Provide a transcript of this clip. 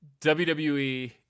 WWE